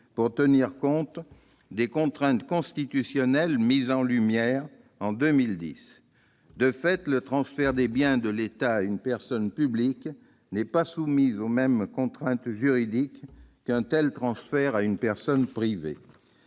pour tenir compte des contraintes constitutionnelles mises en lumière en 2010. De fait, le transfert des biens de l'État à une personne publique n'est pas soumis aux mêmes contraintes juridiques qu'un tel transfert à une personne privée.